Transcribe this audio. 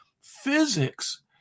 physics